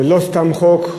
ולא סתם חוק,